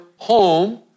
home